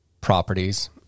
properties